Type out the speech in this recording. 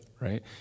right